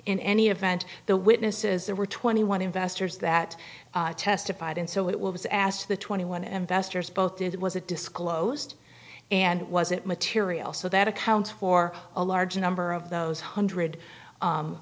in any event the witnesses there were twenty one investors that testified and so it was asked of the twenty one investors both it was a disclosed and wasn't material so that accounts for a large number of those hundred